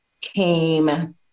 came